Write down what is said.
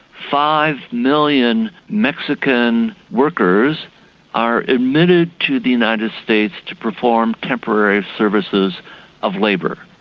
five million mexican workers are admitted to the united states to perform temporary services of labour.